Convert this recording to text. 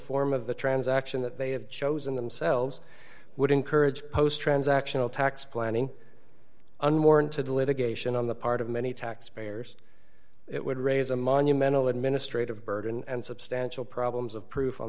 form of the transaction that they have chosen themselves would encourage post transactional tax planning unwarranted litigation on the part of many taxpayers it would raise a monumental administrative burden and substantial problems of proof on